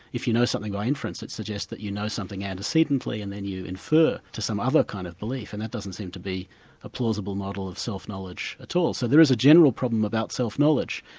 if you know something by inference, it suggests that you know something antecedently, and then you infer to some other kind of belief, and that doesn't seem to be a plausible model of self-knowledge at all. so there is a general problem about self-knowledge,